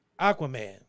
Aquaman